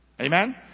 Amen